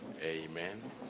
amen